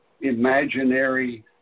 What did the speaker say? imaginary